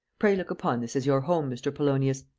pray look upon this as your home, mr. polonius.